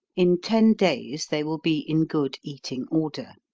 in ten days, they will be in good eating order.